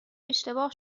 اشتباه